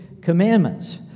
commandments